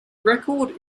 record